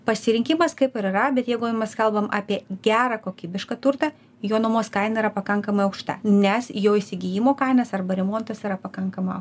pasirinkimas kaip ir yra bet jeigu mes kalbam apie gerą kokybišką turtą jo nuomos kaina yra pakankamai aukšta nes jo įsigijimo kainos arba remontas yra pakankama